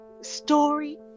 story